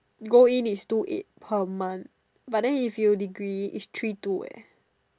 go in is two eight per month but then if you degree is three two eh